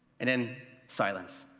and then silence.